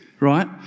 Right